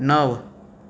णव